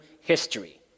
history